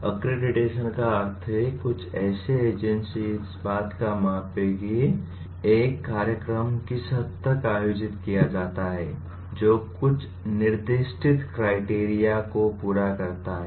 accreditation का अर्थ है कि कुछ एजेंसी इस बात को मापेगी कि एक कार्यक्रम किस हद तक आयोजित किया जाता है जो कुछ निर्दिष्ट क्राइटेरिया को पूरा करता है